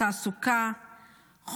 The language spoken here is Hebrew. בתעסוקה,